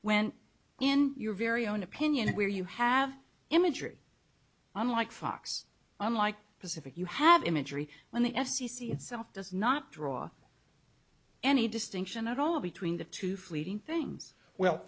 in your very own opinion where you have imagery unlike fox unlike pacific you have imagery when the f c c itself does not draw any distinction at all between the two fleeting things well